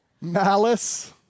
Malice